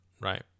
right